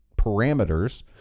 parameters